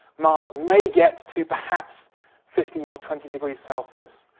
mars may get to perhaps fifteen or twenty degrees celsius.